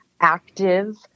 active